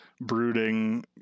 brooding